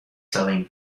selling